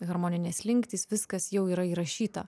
harmoninės slinktys viskas jau yra įrašyta